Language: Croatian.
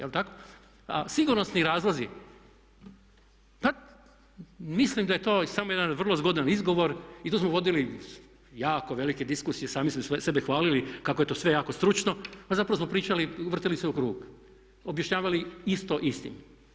A sigurnosni razlozi pa mislim da je to samo jedan vrlo zgodan izgovor, i to smo vodili jako velike diskusije sami smo sebe hvalili kako je to sve jako stručno, a zapravo smo pričali i vrtili se u krug, objašnjavali isto istim.